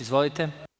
Izvolite.